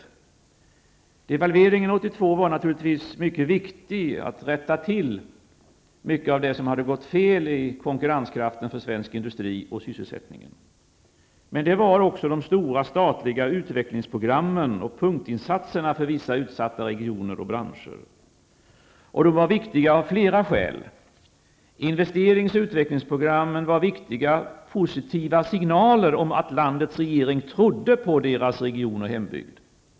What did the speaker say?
Devalveringen 1982 var naturligtvis mycket viktig för att vi skulle kunna rätta till mycket av det som hade gått fel beträffande köpkraften för svensk industri och sysselsättning. Betydelsefulla var de stora statliga utvecklingsprogrammen och punktinsatserna för vissa utsatta regioner och branscher. Detta var viktigt av flera skäl. Investerings och utvecklingsprogrammen var viktiga positiva signaler om att landets regering trodde på människornas region och hembygd.